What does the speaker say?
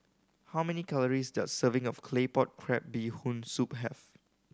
how many calories does a serving of Claypot Crab Bee Hoon Soup have